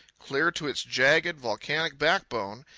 clear to its jagged, volcanic backbone,